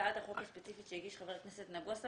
הצעת החוק הספציפית שהגיש חבר הכנסת נגוסה